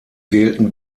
wählten